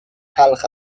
تلخ